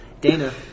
Dana